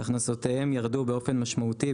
הכנסותיהם ירדו באופן משמעותי,